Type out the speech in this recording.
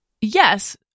yes